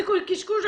זה קשקוש.